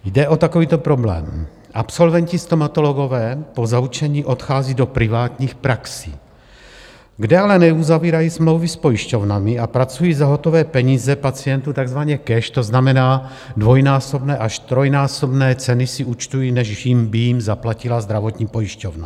Jde o takovýto problém: absolventi stomatologové po zaučení odchází do privátních praxí, kde ale neuzavírají smlouvy s pojišťovnami a pracují za hotové peníze pacientů, takzvaně cash, to znamená dvojnásobné až trojnásobné ceny si účtují, než by jim zaplatila zdravotní pojišťovna.